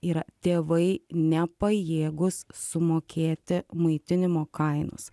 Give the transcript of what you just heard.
yra tėvai nepajėgūs sumokėti maitinimo kainos